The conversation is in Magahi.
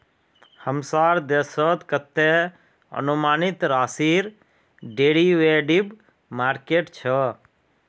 हमसार देशत कतते अनुमानित राशिर डेरिवेटिव मार्केट छ